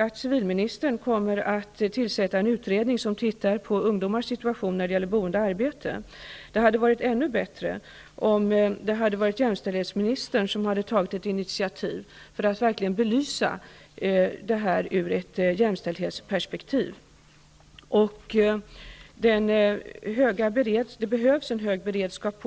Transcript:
att civilministern kommer att tillsätta en utredning som ser på ungdomarnas situation när det gäller boende och arbete. Det hade varit ännu bättre om det hade varit jämställdhetsministern som hade tagit ett initiativ för att verkligen belysa det hela ur ett jämställdhetsperspektiv. Det behövs en hög beredskap.